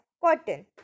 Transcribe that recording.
Cotton